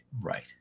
Right